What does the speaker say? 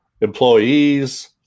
employees